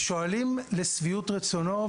ושואלים לשביעות רצונו,